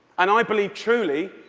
and i believe truly,